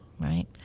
right